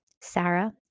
Sarah